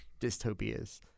dystopias